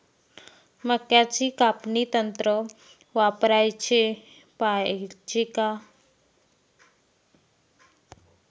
मक्क्याचं कापनी यंत्र वापराले पायजे का?